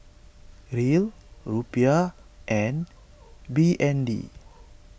Riel Rupiah and B N D